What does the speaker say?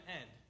end